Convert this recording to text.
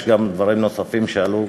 יש גם דברים נוספים שעלו,